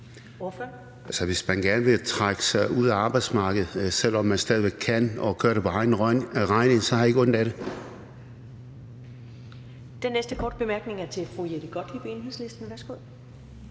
Hvis man gerne vil trække sig ud af arbejdsmarkedet, selv om man stadig væk kan arbejde, og gør det for egen regning, så har jeg ikke ondt af det.